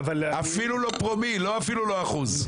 אפילו לא פרומיל, לא אפילו לא אחוז.